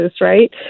right